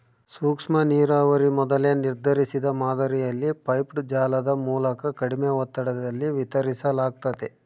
ಸೂಕ್ಷ್ಮನೀರಾವರಿ ಮೊದಲೇ ನಿರ್ಧರಿಸಿದ ಮಾದರಿಯಲ್ಲಿ ಪೈಪ್ಡ್ ಜಾಲದ ಮೂಲಕ ಕಡಿಮೆ ಒತ್ತಡದಲ್ಲಿ ವಿತರಿಸಲಾಗ್ತತೆ